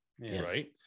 right